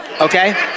Okay